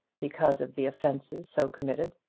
because of the offences so committed.